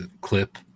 clip